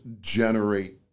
generate